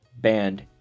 banned